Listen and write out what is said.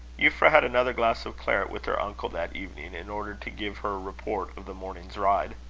euphra had another glass of claret with her uncle that evening, in order to give her report of the morning's ride.